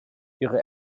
ihre